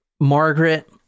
Margaret